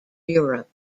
europe